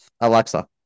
Alexa